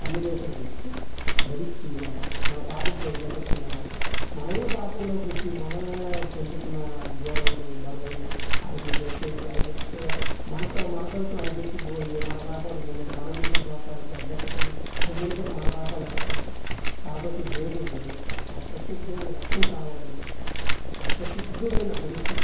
అన్ని దూతలకే ఇచ్చి బలిచ్చి మనం మన పాపం పోయింది అని అనుకునేవాళ్ళము మనమే పాపంలో పుట్టి మనమే పెంచుకున్న ధూడల్ని బర్రెల్ని వాటిని చంపేసి అవి చచ్చిపోయాక మన మన తరఫున అయి చచ్చిపోయి మన పాపాలు పోయినట్టు మనం చేసిన పాపాలకి అవి అట్లా అవి చనిపోతే మన పాపాలు ఎలా పోతాయి కాబట్టి దేవుడు ఒక పరిశుద్ధమైన రక్తం కావాలని ఒక పరిశుద్ధుడైన మనిషి